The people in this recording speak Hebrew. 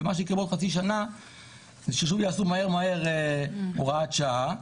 ומה שיקרה בעוד חצי שנה זה ששוב יעשו מהר מאוד הוראת שעה,